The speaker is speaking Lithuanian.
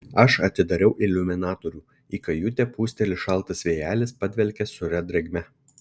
aš atidariau iliuminatorių į kajutę pūsteli šaltas vėjelis padvelkia sūria drėgme